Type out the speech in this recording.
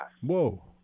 Whoa